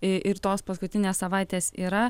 ir tos paskutinės savaitės yra